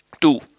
two